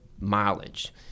mileage